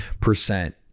percent